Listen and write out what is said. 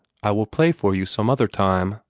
i will play for you some other time,